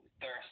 thirst